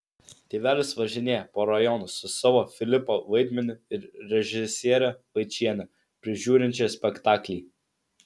tėvelis važinėja po rajonus su savo filipo vaidmeniu ir režisiere vaičiene prižiūrinčia spektaklį